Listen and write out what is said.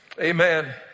Amen